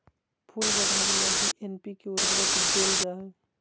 फूल बढ़ावे लगी एन.पी.के उर्वरक देल जा हइ